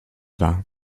war